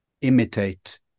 imitate